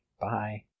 bye